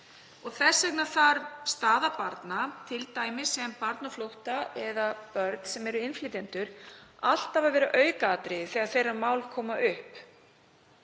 Þess vegna þarf staða barna, t.d. sem barna á flótta eða barna sem eru innflytjendur, alltaf að vera aukaatriði þegar slík mál koma upp.